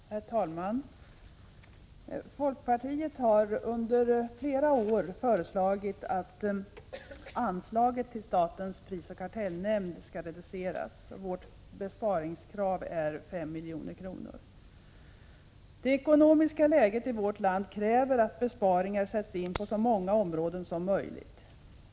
Herr talman! Folkpartiet har under flera år föreslagit att anslaget till statens prisoch kartellnämnd skall reduceras. Vårt besparingskrav är 5 milj.kr. Det ekonomiska läget i vårt land kräver att besparingar görs på så många områden som möjligt.